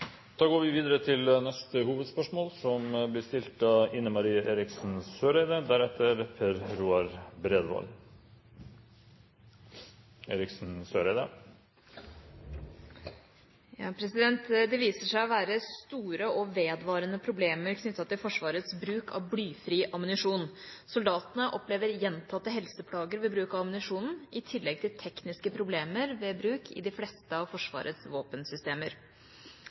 av veteraner. «Det viser seg å være store og vedvarende problemer knyttet til Forsvarets bruk av blyfri ammunisjon. Soldatene opplever gjentatte helseplager ved bruk av ammunisjonen, i tillegg til tekniske problemer ved bruk i de fleste av Forsvarets